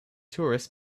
tourists